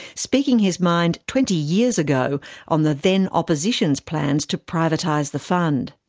speaking his mind twenty years ago on the then opposition's plans to privatise the fund.